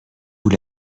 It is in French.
vous